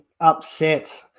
upset